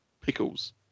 pickles